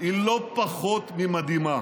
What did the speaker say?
היא לא פחות ממדהימה.